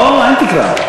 אין תקרה.